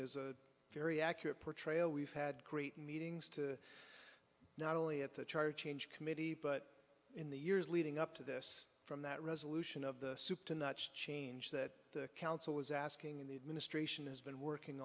a very accurate portrayal we've had great meetings to not only at the charge change committee but in the years leading up to this from that resolution of the soup to nuts change that council was asking the administration has been working